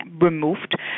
removed